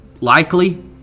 likely